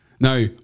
now